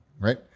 Right